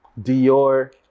Dior